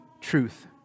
truth